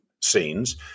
scenes